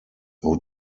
who